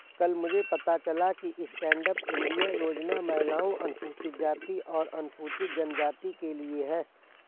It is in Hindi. कल मुझे पता चला कि स्टैंडअप इंडिया योजना महिलाओं, अनुसूचित जाति और अनुसूचित जनजाति के लिए है